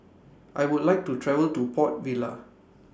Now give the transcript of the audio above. I Would like to travel to Port Vila